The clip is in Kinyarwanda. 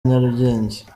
nyarugenge